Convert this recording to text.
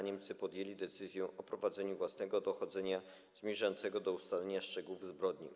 Niemcy podjęli decyzję o prowadzeniu własnego dochodzenia zmierzającego do ustalenia szczegółów zbrodni.